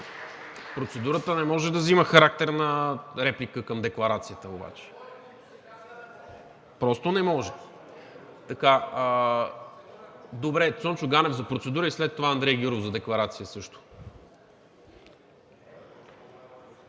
процедурата не може да взима характер на реплика към декларацията обаче. Просто не може. Добре, Цончо Ганев за процедура и след това Андрей Гюров за декларация също.